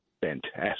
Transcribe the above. fantastic